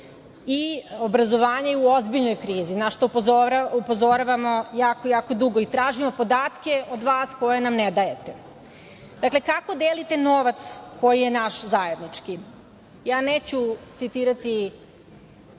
Obrazovanje je u ozbiljnoj krizi, na šta upozoravamo jako dugo i tražimo podatke od vas koje nam ne dajete. Kako delite novac koji je naš zajednički? Ja neću citirati